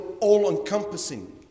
all-encompassing